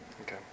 Okay